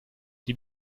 die